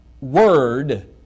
word